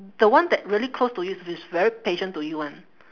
the one that really close to you is is very patient to you [one]